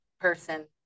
person